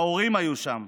ההורים היו שם.